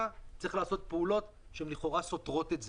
צריך לעשות פעולות שהן לכאורה סותרות את זה.